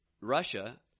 Russia –